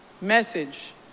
Message